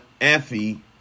Effie